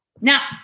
Now